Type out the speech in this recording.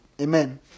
Amen